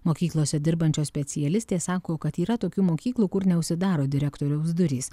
mokyklose dirbančios specialistės sako kad yra tokių mokyklų kur neužsidaro direktoriaus durys